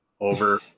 over